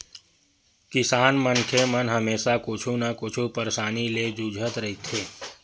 किसान मनखे मन हमेसा कुछु न कुछु परसानी ले जुझत रहिथे